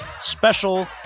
Special